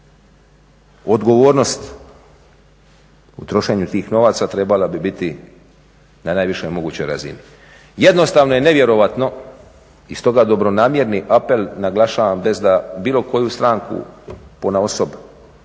Odgovornost u trošenju tih novaca trebala bi biti na najvišoj mogućoj razini. Jednostavno je nevjerojatno i stoga dobronamjerni apel naglašavam bez da bilo koju stranku ponaosob,